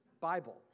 Bible